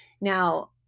now